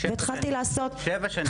שבע שנים.